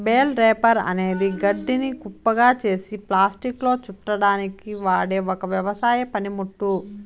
bale wrapper అనేది గడ్డిని కుప్పగా చేసి ప్లాస్టిక్లో చుట్టడానికి వాడె ఒక వ్యవసాయ పనిముట్టు